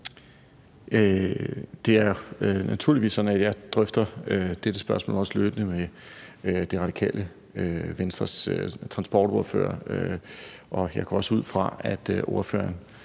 Det er naturligvis sådan, at jeg drøfter dette spørgsmål, også løbende, med Det Radikale Venstres transportordfører, og jeg går ud fra, at ordføreren